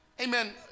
Amen